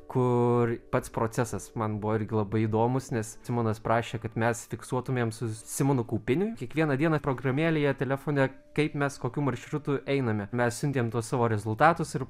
kur pats procesas man buvo irgi labai įdomus nes simonas prašė kad mes fiksuotumėm su simonu kaupiniu kiekvieną dieną programėlėje telefone kaip mes kokiu maršrutu einame mes siuntėm tuos savo rezultatus ir